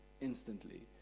instantly